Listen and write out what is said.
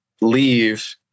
leave